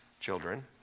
Children